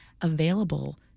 available